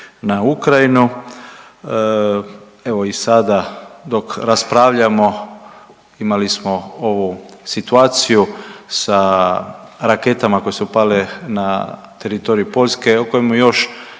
na Ukrajinu, evo i sada dok raspravljamo, imali smo ovu situaciju sa raketama koje su pale na teritorij Poljske o kojemu još